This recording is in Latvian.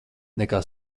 nekā